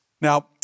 Now